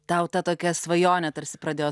tau ta tokia svajonė tarsi pradėjo